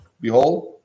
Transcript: Behold